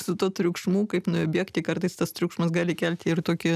su tuo triukšmu kaip nuo jo bėgti kartais tas triukšmas gali kelti ir tokį